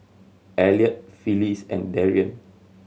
Eliot Phyllis and Darien